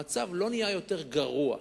המצב לא נהיה יותר גרוע.